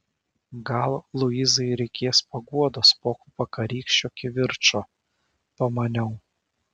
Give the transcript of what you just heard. gal luizai reikės paguodos po vakarykščio kivirčo pamaniau